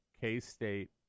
K-State